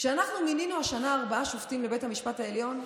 כשאנחנו מינינו השנה ארבעה שופטים לבית המשפט העליון,